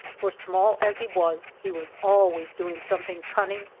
for, small as he was, he was always doing something cunning,